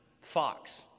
Fox